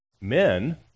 men